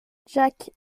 jacques